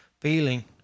feeling